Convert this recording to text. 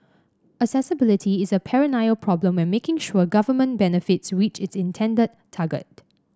accessibility is a perennial problem when making sure government benefits reach its intended target